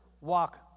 walk